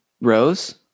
Rose